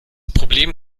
problem